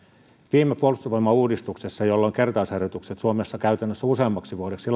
viime puolustusvoimauudistuksessa kertausharjoitukset suomessa käytännössä useammaksi vuodeksi